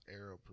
arrowproof